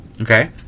Okay